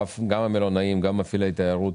גם המלונאים, גם מפעילי התיירות